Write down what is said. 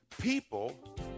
People